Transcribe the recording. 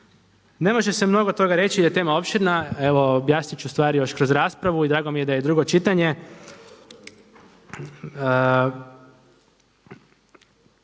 Ne može mnogo toga reći da je tema opširna, evo objasniti ću stvari još kroz raspravu i drago mi je da je drugo čitanje.